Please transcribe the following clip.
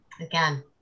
again